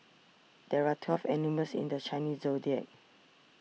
there are twelve animals in the Chinese zodiac